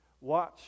Watch